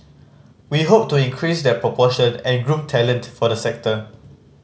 we hope to increase that proportion and groom talent for the sector